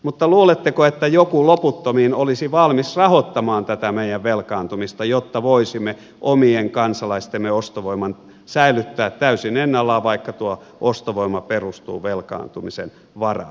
mutta luuletteko että joku loputtomiin olisi valmis rahoittamaan tätä meidän velkaantumistamme jotta voisimme omien kansalaistemme ostovoiman säilyttää täysin ennallaan vaikka tuo ostovoima perustuu velkaantumisen varaan